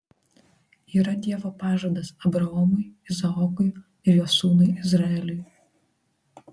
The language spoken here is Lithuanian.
yra dievo pažadas abraomui izaokui ir jo sūnui izraeliui